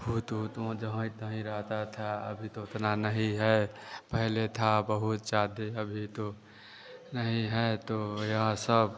भूत ऊत वहाँ जहाँ इतना ही रहते थे अभी तो उतना नहीं है पहले था बहुत ज़्यादा अभी तो नहीं है तो यह सब